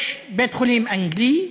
יש בית חולים אנגלי,